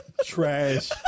Trash